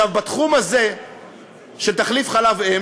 בתחום הזה של תחליף חלב אם